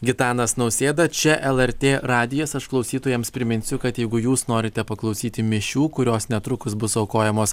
gitanas nausėda čia lrt radijas aš klausytojams priminsiu kad jeigu jūs norite paklausyti mišių kurios netrukus bus aukojamos